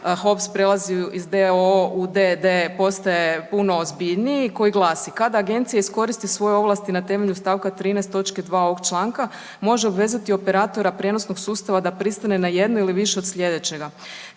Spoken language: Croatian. HOPS prelazi iz d.o.o. u d.d. postaje puno ozbiljniji i koji glasi: Kada agencije iskoriste svoje ovlasti na temelju st. 13. toč. 2. ovog članka može obavezati operatora prijenosnog sustava da pristane na jednu ili više od slijedećega,